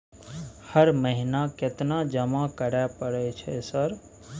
हर महीना केतना जमा करे परय छै सर?